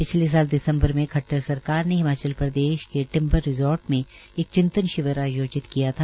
पिछले साल दिसम्बर में खट्टर सरकार ने हिमाचल प्रदेश के टिंबर रिर्जार्ट में एक चिंतन शिविर आयोजित किया था